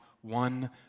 one